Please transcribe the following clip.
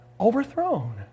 Overthrown